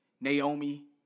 Naomi